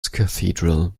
cathedral